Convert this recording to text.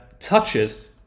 touches